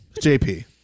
JP